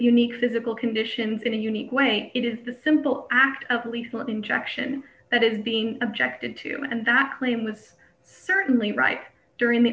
unique physical conditions in a unique way it is the simple act of lethal injection that is being objected to and that claim was certainly right during the